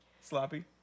sloppy